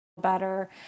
better